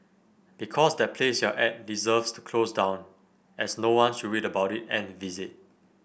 because that place you're at deserves to close down as no one should read about it and visit